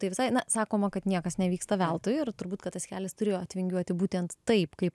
tai visai ne sakoma kad niekas nevyksta veltui ir turbūt kad tas kelias turėjo atvingiuoti būtent taip kaip